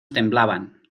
temblaban